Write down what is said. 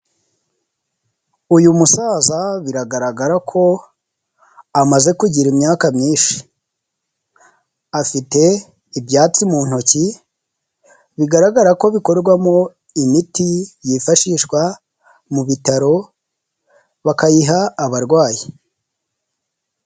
Uyu musaza biragaragara ko amaze kugira imyaka myinshi. Afite ibyatsi mu ntoki bigaragara ko bikorwamo imiti, yifashishwa mu bitaro bakayiha abarwayi.